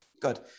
Good